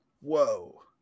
Whoa